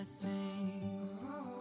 sing